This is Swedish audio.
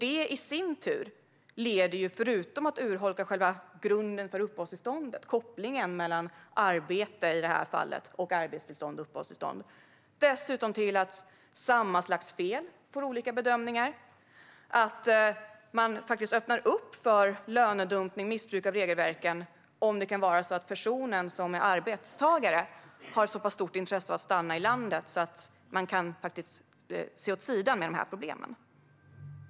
Det i sin tur leder, förutom att urholka själva grunden för uppehållstillståndet, kopplingen mellan arbete i det här fallet och arbetstillstånd och uppehållstillstånd, dessutom till att samma slags fel får olika bedömningar och att man faktiskt öppnar för lönedumpning och missbruk av regelverken om det kan vara så att personen som är arbetstagare har ett så pass stort intresse av att stanna i landet att man kan se mellan fingrarna när det gäller de här problemen.